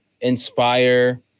inspire